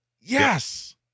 Yes